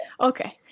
Okay